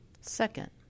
Second